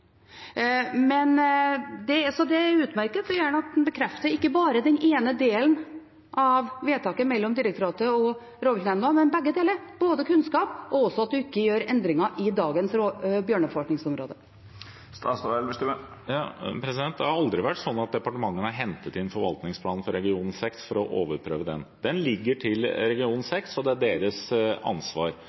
Men det er utmerket, og statsråden kan gjerne bekrefte ikke bare den ene delen av vedtaket mellom direktoratet og rovviltnemnda, men begge deler – både det som gjelder kunnskap, og at en ikke gjør endringer i dagens bjørnebefolkningsområde. Det har aldri vært sånn at departementet har hentet inn forvaltningsplanen for region 6 for å overprøve den. Den ligger til region 6, og det er deres ansvar,